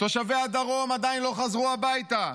תושבי הדרום עדיין לא חזרו הביתה.